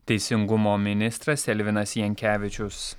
teisingumo ministras elvinas jankevičius